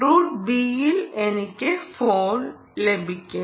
root ബിയിൽ എനിക്ക് phone ലഭിക്കും